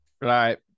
right